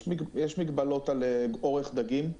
יש מגבלות על אורך דגים.